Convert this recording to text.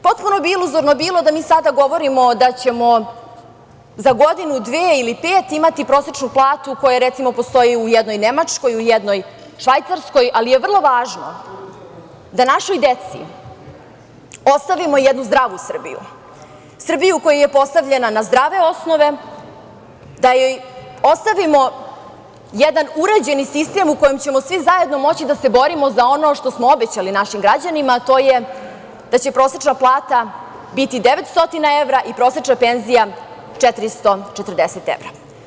Potpuno bi iluzorno bilo da mi sada govorimo da ćemo za godinu, dve ili pet imati prosečnu platu koja recimo postoji u jednoj Nemačkoj, u jednoj Švajcarskoj, ali je vrlo važno da našoj deci ostavimo jednu zdravu Srbiju, Srbiju koja je postavljena na zdrave osnove, da joj ostavimo jedan uređeni sistem u kojem ćemo svi zajedno moći da se borimo za ono što smo obećali našim građanima, a to je da će prosečna plata biti 900 evra i prosečna penzija 440 evra.